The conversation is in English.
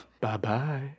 Bye-bye